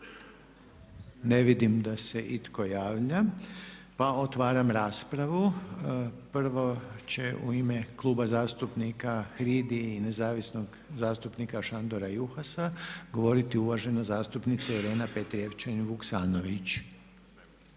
Ne vidim da se itko javlja, pa otvaram raspravu. Prvo će u ime Kluba zastupnika HRID-i i nezavisnog zastupnika Šandora Juhasa govoriti uvažena zastupnika Irena Petrijevčanin Vuksanović.